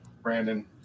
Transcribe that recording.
Brandon